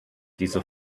diese